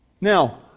Now